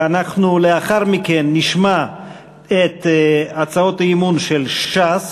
אנחנו לאחר מכן נשמע את הצעות האי-אמון של ש"ס,